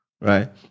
right